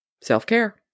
Self-care